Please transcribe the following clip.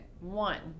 One